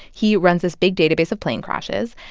he runs this big database of plane crashes.